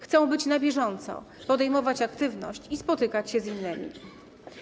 Chcą być na bieżąco, podejmować aktywność i spotykać się z innymi.